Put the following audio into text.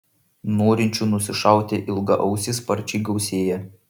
norinčių nusišauti ilgaausį sparčiai gausėja